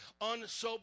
unsober